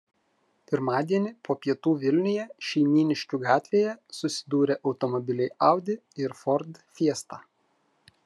pirmadienį po pietų vilniuje šeimyniškių gatvėje susidūrė automobiliai audi ir ford fiesta